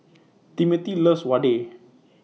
Timothy loves Vadai